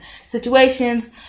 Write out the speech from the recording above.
situations